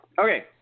Okay